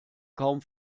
kaum